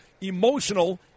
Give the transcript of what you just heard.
emotional